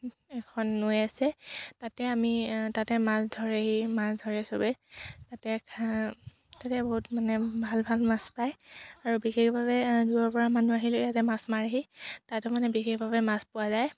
এখন নৈ আছে তাতে আমি তাতে মাছ ধৰেহি মাছ ধৰে চবেই তাতে তাতে বহুত মানে ভাল ভাল মাছ পায় আৰু বিশেষভাৱে দূৰৰপৰা মানুহ আহিলে তাতে মাছ মাৰেহি তাতো মানে বিশেষভাৱে মাছ পোৱা যায়